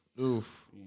Oof